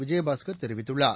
விஜயபாஸ்கர் தெரிவித்துள்ளார்